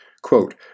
Quote